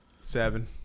Seven